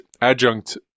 adjunct